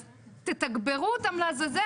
אז תתגברו אותם לעזאזל,